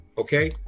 Okay